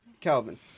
Calvin